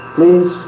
Please